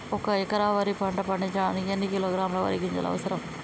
ఒక్క ఎకరా వరి పంట పండించడానికి ఎన్ని కిలోగ్రాముల వరి గింజలు అవసరం?